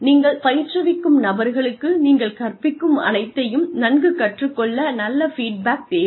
நீங்கள் பயிற்றுவிக்கும் நபர்களுக்கு நீங்கள் கற்பிக்கும் அனைத்தையும் நன்கு கற்றுக் கொள்ள நல்ல ஃபீட்பேக் தேவை